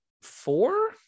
four